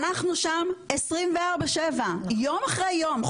אנחנו שם 24/7 יום אחרי יום,